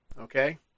Okay